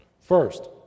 First